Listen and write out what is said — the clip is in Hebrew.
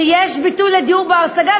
שיש בו ביטוי לדיור בר-השגה,